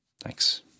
Thanks